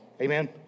Amen